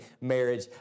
marriage